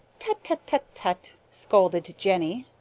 tut, tut, tut, tut! scolded jenny.